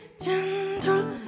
gentle